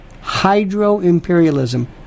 hydro-imperialism